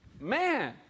Man